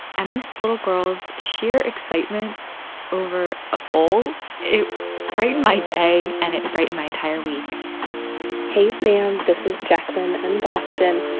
and this little girl's sheer excitement over a bowl it brightened my day, and it brightened my entire week hey, sam. this is jacklyn in boston.